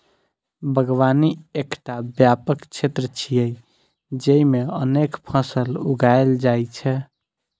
बागवानी एकटा व्यापक क्षेत्र छियै, जेइमे अनेक फसल उगायल जाइ छै